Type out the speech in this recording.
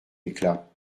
éclat